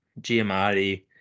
Giamatti